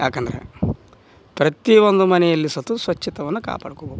ಯಾಕಂದರೆ ಪ್ರತಿ ಒಂದು ಮನೆಯಲ್ಲಿ ಸತು ಸ್ವಚ್ಛತಯನ್ನ ಕಾಪಾಡ್ಕೊಬೇಕು